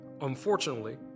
Unfortunately